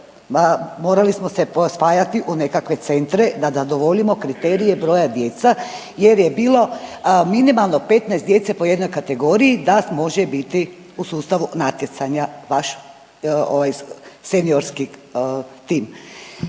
morali smo se pospajati u nekakve centre da zadovoljimo kriterije broja djece jer je bilo minimalno 15 djece po jednog kategoriji da može biti u sustavu natjecanja vaš seniorski tim.